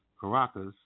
Caracas